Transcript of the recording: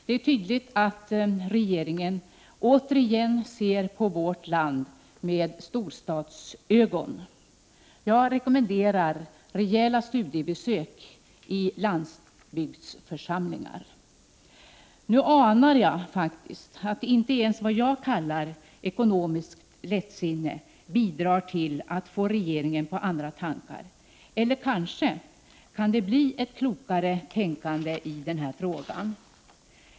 Det är tydligt att regeringen återigen ser på vårt land med storstadsögon. Jag rekommenderar rejäla studiebesök i landsbygdsförsamlingar. Nu anar jag att inte ens vad jag kallar ekonomiskt lättsinne bidrar till att få regeringen på andra tankar. Eller kan det kanske bli ett klokare tänkande i den här frågan?